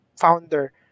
founder